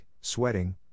sweating